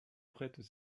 prêtent